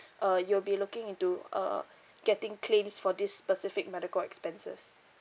uh you will be looking into uh getting claims for this specific medical expenses